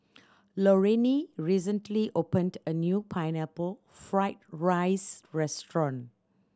Lorrayne recently opened a new Pineapple Fried rice restaurant